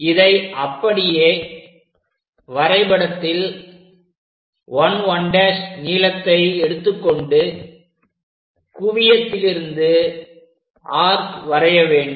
இதை அப்படியே வரைபடத்தில் 11' நீளத்தை எடுத்துக்கொண்டு குவியத்திலிருந்து ஆர்க் வரைய வேண்டும்